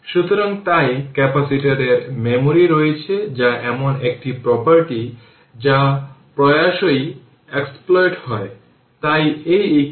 সুতরাং মূলত আমরা যেভাবে লুপ নিয়েছি তা হল i i1 বা i1 i